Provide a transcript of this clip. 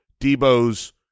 Debo's